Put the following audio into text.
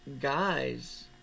Guys